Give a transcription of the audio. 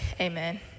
Amen